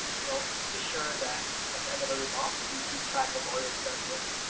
you know just be sure that at the end of every month you keep track of all your expenses,